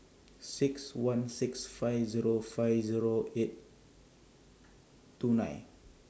six one six five Zero five Zero eight two nine